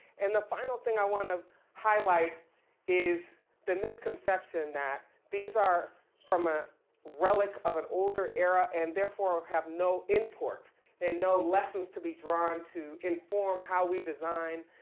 and the final thing i wanna highlight is the misconception that these are from a relic of an older era and therefore have no import and no lessons to be drawn to inform how we design